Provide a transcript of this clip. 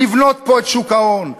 לבנות פה את שוק ההון,